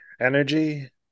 energy